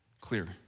clear